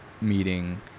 meeting